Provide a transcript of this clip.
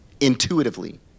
Intuitively